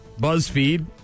BuzzFeed